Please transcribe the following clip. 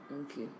okay